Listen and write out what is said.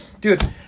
dude